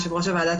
יושב-ראש הוועדה,